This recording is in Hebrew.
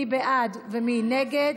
מי בעד ומי נגד,